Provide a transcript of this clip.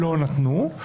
לא נתנו,